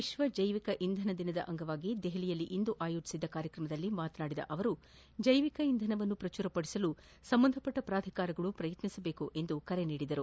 ವಿಶ್ವ ಜೈವಿಕ ಇಂಧನ ದಿನದ ಅಂಗವಾಗಿ ನವದೆಹಲಿಯಲ್ಲಿಂದು ಆಯೋಜಿಸಿದ ಕಾರ್ಯಕ್ರಮದಲ್ಲಿ ಮಾತನಾಡಿದ ಪ್ರಧಾನಿ ಜೈವಿಕ ಇಂಧನವನ್ನು ಪ್ರಚುರಪಡಿಸಲು ಸಂಬಂಧಪಟ್ಲ ಪ್ರಾಧಿಕಾರಗಳು ಪ್ರಯತ್ನಿಸಬೇಕು ಎಂದು ಕರೆ ನೀಡಿದರು